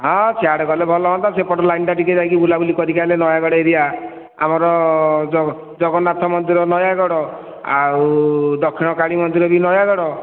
ହଁ ସେଆଡ଼େ ଗଲେ ଭଲ ହୁଅନ୍ତା ସେପଟ ଲାଇନ୍ଟା ଟିକିଏ ଯାଇକି ବୁଲା ବୁଲି କରିକି ଆଇଲେ ନୟାଗଡ଼ ଏରିଆ ଆମର ଜଗନ୍ନାଥ ମନ୍ଦିର ନୟାଗଡ଼ ଆଉ ଦକ୍ଷିଣକାଳୀ ମନ୍ଦିର ବି ନୟାଗଡ଼